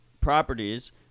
properties